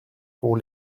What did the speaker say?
pour